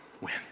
win